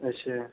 अच्छा